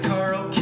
Carl